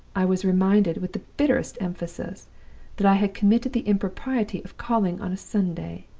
i was reminded with the bitterest emphasis that i had committed the impropriety of calling on a sunday.